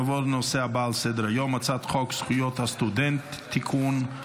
נעבור לנושא הבא על סדר-היום הצעת חוק זכויות הסטודנט (תיקון,